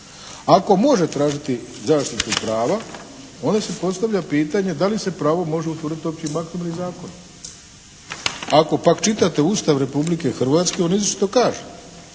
Ako može tražiti zaštitu prava onda se postavlja pitanje da li se pravo može utvrditi općim aktom ili zakonom. Ako pak čitate Ustav Republike Hrvatske on izričito kaže: